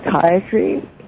psychiatry